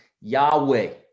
Yahweh